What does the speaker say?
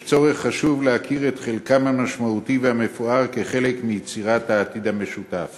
חשוב להכיר את חלקן המשמעותי והמפואר ביצירת העתיד המשותף